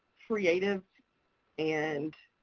creative and